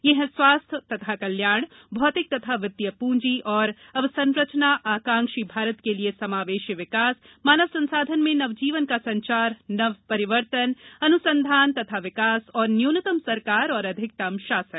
ये हैं स्वास्थ्य तथा कल्याण भौतिक तथा वितीय पूंजी और अवसंरचना आकांक्षी भारत के लिए समावेशी विकास मानव संसाधन में नवजीवन का संचार नव परिवर्तन अन्संधान तथा विकास और न्यूनतम सरकार और अधिकतम शासन